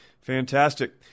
fantastic